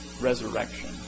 resurrection